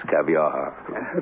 caviar